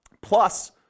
plus